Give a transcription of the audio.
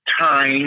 time